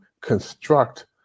construct